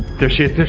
there she is, there